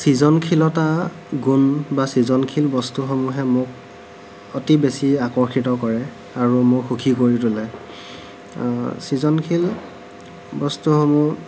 সৃজনশীলতা গুণ বা সৃজনশীল বস্তু সমূহে মোক অতি বেছি আকৰ্ষিত কৰে আৰু মোক সূখী কৰি তোলে সৃজনশীল বস্তুসমূহ